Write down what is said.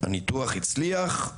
הניתוח הצליח,